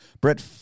Brett